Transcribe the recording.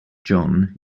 john